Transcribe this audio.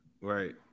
Right